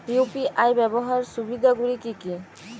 UPI ব্যাবহার সুবিধাগুলি কি কি?